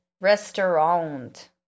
restaurant